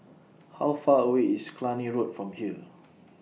How Far away IS Cluny Road from here